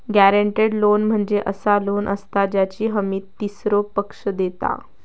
guaranteed loan म्हणजे असा loan असता ज्याची हमी तीसरो पक्ष देता